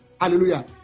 Hallelujah